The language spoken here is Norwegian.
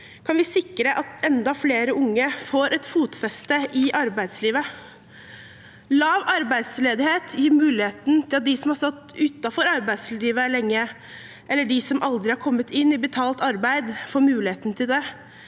kan vi sikre at enda flere unge får et fotfeste i arbeidslivet. Lav arbeidsledighet gir muligheten til dem som har stått utenfor arbeidslivet lenge, og de som aldri har kommet inn i betalt arbeid, får muligheten til det.